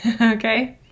Okay